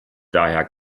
daher